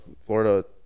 Florida